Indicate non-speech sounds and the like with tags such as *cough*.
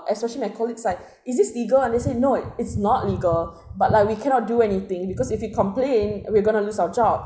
especially my colleagues like *breath* is this legal and they said no it's not legal but like we cannot do anything because if you complain we're gonna lose our jobs